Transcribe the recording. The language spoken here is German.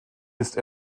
ist